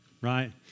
Right